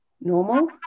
normal